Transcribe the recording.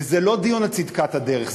זה לא דיון על צדקת הדרך.